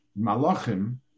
malachim